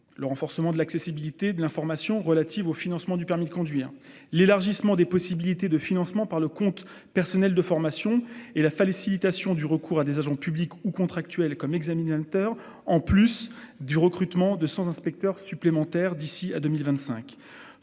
de renforcer l'accessibilité de l'information relative au financement du permis de conduire, d'élargir les possibilités de financement par le compte personnel de formation et de faciliter le recours à des agents publics ou contractuels en tant qu'examinateurs, en plus du recrutement de 100 inspecteurs supplémentaires d'ici à 2025.